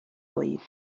oedd